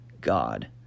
God